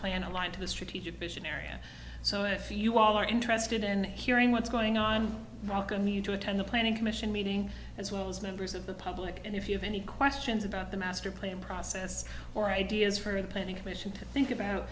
plan aligned to the strategic vision area so if you all are interested in hearing what's going on welcome you to attend the planning commission meeting as well as members of the public and if you have any questions about the master plan process or ideas for the planning commission to think about